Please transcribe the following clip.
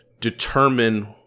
determine